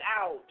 out